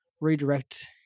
redirect